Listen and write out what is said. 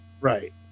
Right